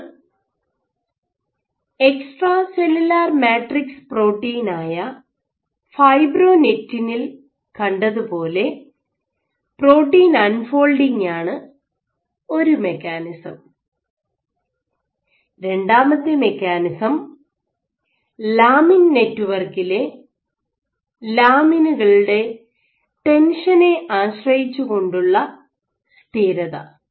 ഒന്ന് extracellular matrix protein ആയ ഫൈബ്രോനെക്റ്റിനിൽ കണ്ടതുപോലെ പ്രോട്ടീൻ അൺ ഫോൾഡിങ് ആണ് ഒരു മെക്കാനിസം രണ്ടാമത്തെ മെക്കാനിസം ലാമിൻ നെറ്റ്വർക്കിലെ ലാമിനുകളുടെ ടെൻഷനെ ആശ്രയിച്ചുകൊണ്ടുള്ള സ്ഥിരത